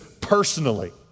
personally